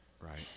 right